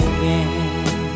Again